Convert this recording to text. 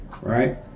right